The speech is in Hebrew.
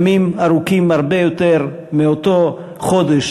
ימים ארוכים הרבה יותר מאותו חודש,